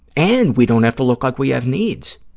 and we don't have to look like we have needs.